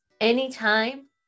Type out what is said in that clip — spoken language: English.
anytime